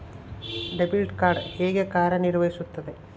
Debit card ಹೇಗೆ ಕಾರ್ಯನಿರ್ವಹಿಸುತ್ತದೆ?